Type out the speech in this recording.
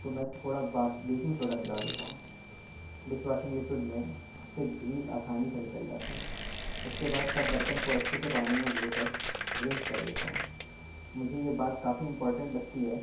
تو میں تھوڑا با بیکنگ سوڈا ملا دیتا ہوں ڈش واشنگ لکوڈ میں اس سے گریز آسانی سے نکل جاتا ہے اس کے بعد سب برتن کو اچھے سے پانی میں ڈھو کر رنس کر دیتا ہوں مجھے یہ بات کافی امپورٹینٹ لگتی ہے